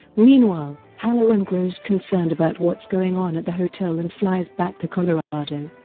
meanwhile, hallorann grows concerned about what's going on at the hotel and flies back to colorado.